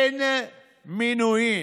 אין מינויים,